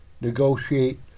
negotiate